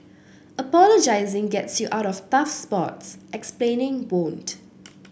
apologising gets you out of tough spots explaining won't